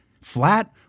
flat